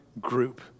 group